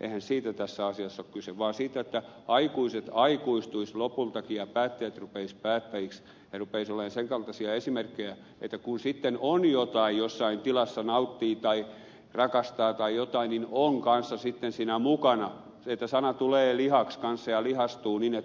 eihän siitä tässä asiassa ole kyse vaan siitä että aikuiset aikuistuisivat lopultakin ja päättäjät rupeaisivat päättäjiksi ja rupeaisivat olemaan sen kaltaisia esimerkkejä että kun sitten jotain jossain tilassa nauttii tai rakastaa tai jotain niin on kanssa sitten siinä mukana siitä että sana tulee lihaksi kanssa ja lihastuu niin